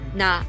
na